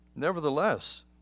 Nevertheless